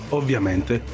ovviamente